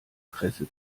presse